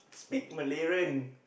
speak malay